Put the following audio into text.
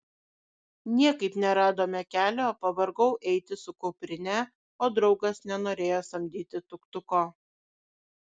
niekaip neradome kelio pavargau eiti su kuprine o draugas nenorėjo samdyti tuk tuko